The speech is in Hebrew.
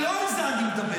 מה התנצל?